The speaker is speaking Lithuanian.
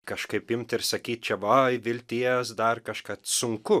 kažkaip imt ir sakyt čia va vilties dar kažką sunku